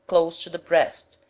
close to the breast,